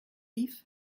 ils